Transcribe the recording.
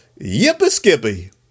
Yippee